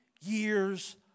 years